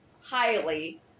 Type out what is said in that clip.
highly